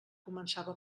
començava